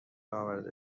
آورده